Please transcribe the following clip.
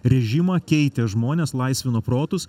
režimą keitė žmones laisvino protus